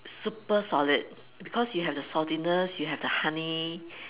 super solid because you have the saltiness you have the honey